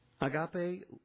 Agape